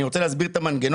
אני רוצה להסביר את המנגנון.